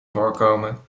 voorkomen